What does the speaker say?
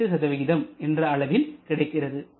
8 என்ற அளவில் கிடைக்கிறது